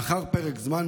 לאחר פרק זמן,